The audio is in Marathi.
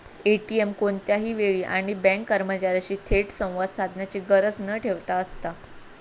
ए.टी.एम कोणत्याही वेळी आणि बँक कर्मचार्यांशी थेट संवाद साधण्याची गरज न ठेवता असता